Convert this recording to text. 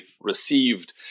received